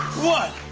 one,